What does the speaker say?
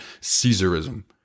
Caesarism